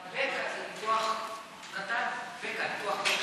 גם בקע זה ניתוח קטן.